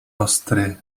ostry